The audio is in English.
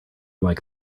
like